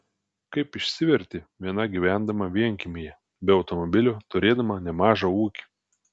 kaip išsiverti viena gyvendama vienkiemyje be automobilio turėdama nemažą ūkį